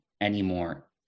anymore